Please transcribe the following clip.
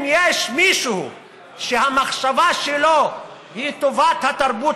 אם יש מישהו שהמחשבה שלו היא טובת התרבות